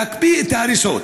להקפיא את ההריסות.